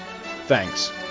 Thanks